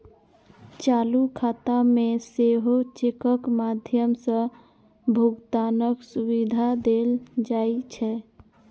चालू खाता मे सेहो चेकक माध्यम सं भुगतानक सुविधा देल जाइ छै